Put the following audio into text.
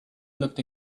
looked